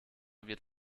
wird